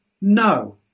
no